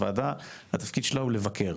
הוועדה, התפקיד שלה הוא לבקר.